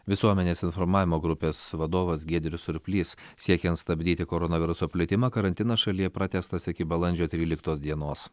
visuomenės informavimo grupės vadovas giedrius surplys siekiant stabdyti koronaviruso plitimą karantinas šalyje pratęstas iki balandžio tryliktos dienos